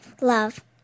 love